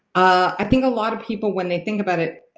i think a lot of people, when they think about it,